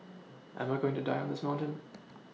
am I going to die on this mountain